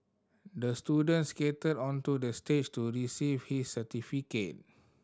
the student skated onto the stage to receive his certificate